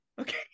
Okay